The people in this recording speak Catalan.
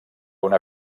una